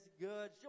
good